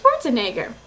Schwarzenegger